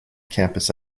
campus